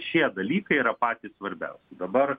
šie dalykai yra patys svarbiausi dabar